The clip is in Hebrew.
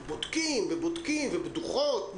בודקים ובודקים ודוחות.